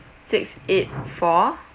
six eight four